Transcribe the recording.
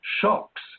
shocks